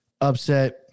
upset